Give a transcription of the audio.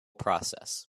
process